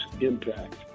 impact